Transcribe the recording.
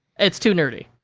it's too nerdy.